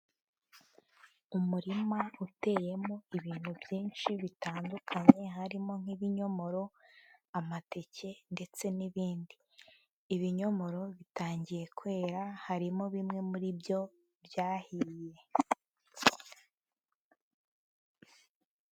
Umurima uteyemo ibintu byinshi bitandukanye, harimo nk'ibinyomoro amateke ndetse n'ibindi, ibinyomoro bitangiye kwera, harimo bimwe muri byo byahiye,